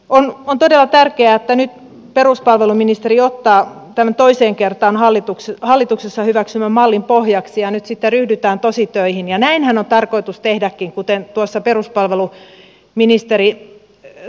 on todella tärkeää että nyt peruspalveluministeri ottaa tämän toiseen kertaan hallituksessa hyväksytyn mallin pohjaksi ja sitten ryhdytään tositöihin ja näinhän on tarkoitus tehdäkin kuten tuossa peruspalveluministeri totesi